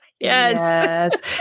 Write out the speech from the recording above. yes